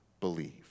believe